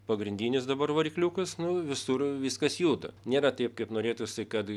pagrindinis dabar varikliukas nu visur viskas juda nėra taip kaip norėtųsi kad